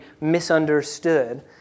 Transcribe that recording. misunderstood